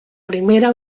primera